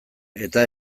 eta